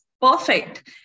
perfect